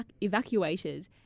evacuated